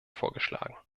vorgeschlagen